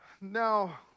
Now